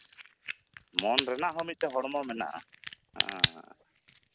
ᱢᱚᱱ ᱨᱮᱱᱟᱜ ᱦᱚᱸ ᱢᱤᱫᱴᱮᱱ ᱦᱚᱲᱢᱚ ᱢᱮᱱᱟᱜᱼᱟ ᱮᱜ